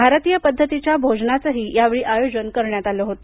भारतीय पद्धतीच्या भोजनाचेही या वेळी आयोजन करण्यात आले होते